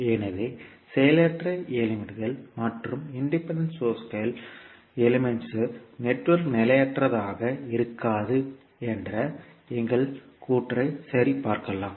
எனவே செயலற்ற எலிமெண்ட்ஸ் மற்றும் சுயாதீன சோர்ஸ்கள் எலிமெண்ட்ஸ் நெட்வொர்க் நிலையற்றதாக இருக்காது என்ற எங்கள் கூற்றை சரிபார்க்கலாம்